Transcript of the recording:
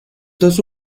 dos